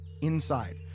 inside